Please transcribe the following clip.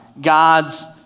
God's